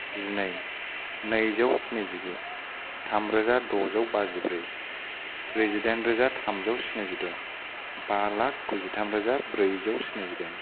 जिनै नैजौस्निजिगु थामरोजा दजौ बाजिब्रै ब्रैजिदाइन रोजा थामजौ स्निजिद' बा लाख गुजिथाम रोजा ब्रैजौस्निजिदाइन